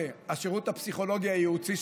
השירות הפסיכולוגי הייעוצי,